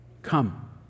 Come